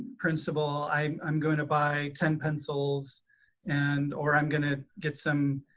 principal i'm i'm going to buy ten pencils and or i'm gonna get some